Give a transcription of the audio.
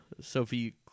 Sophie